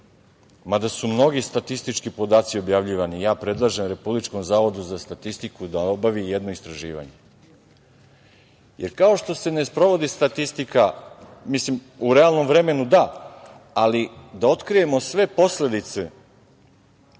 mada su mnogi statistički podaci objavljivani, ja predlažem Republičkom zavodu za statistiku da obavi jedno istraživanje, jer kao što se ne sprovodi statistika, mislim, u realnom vremenu da, ali da otkrijemo sve posledice